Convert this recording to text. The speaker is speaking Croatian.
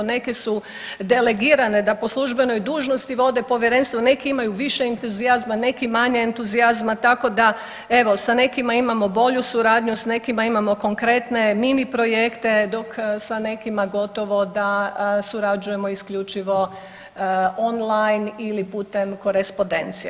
Neke su delegirane da po službenoj dužnosti vode povjerenstvo, neki imaju više entuzijazma, neki manje entuzijazma tako da evo sa nekima imamo bolju suradnju, s nekima imamo konkretne mini projekte dok sa nekima gotovo da surađujemo isključivo online ili putem korespondencije.